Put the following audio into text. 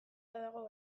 dago